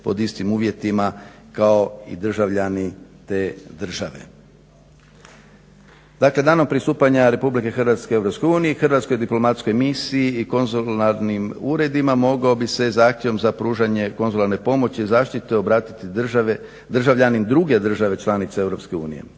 pod istim uvjetima kao i državljani te države. Dakle danom pristupanja RH EU Hrvatskoj diplomatskoj misiji i konzularnim uredima mogao bi se zahtjevom za pružanjem konzularne pomoći i zaštite obratiti državljani druge države članice EU.